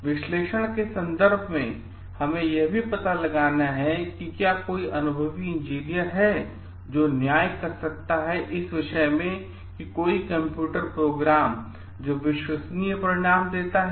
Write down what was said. विश्लेषण के संदर्भ में हमें यह पता लगाना है कि क्या कोई अनुभवी इंजीनियर है जो न्याय कर सकता है इस विषय में कि एक कंप्यूटर प्रोग्राम जो विश्वसनीय परिणाम देता है